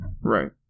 right